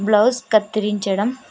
blouse కత్తిరించడం